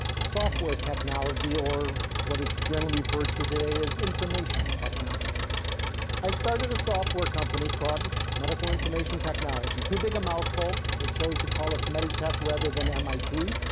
software technology, or what is generally referred to today as information i started a software company called medical information technology too big a mouthful. they chose to call us meditech rather than mit.